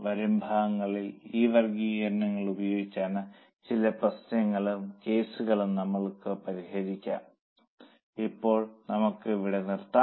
വരും ഭാഗങ്ങളിൽ ഈ വർഗ്ഗീകരണങ്ങൾ ഉപയോഗിച്ച് ചില പ്രശ്നങ്ങളും കേസുകളും നമുക്ക് പരിഹരിക്കാം ഇപ്പോൾ നമുക്ക് ഇവിടെ നിർത്താം